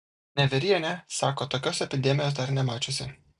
nevierienė sako tokios epidemijos dar nemačiusi